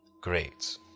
Great